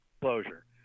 closure